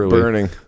Burning